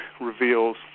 reveals